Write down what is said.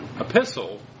epistle